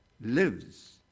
lives